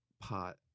pot